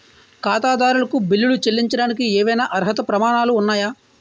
ఖాతాదారులకు బిల్లులు చెల్లించడానికి ఏవైనా అర్హత ప్రమాణాలు ఉన్నాయా?